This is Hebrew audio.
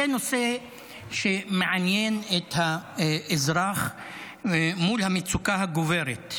זה נושא שמעניין את האזרח מול המצוקה הגוברת.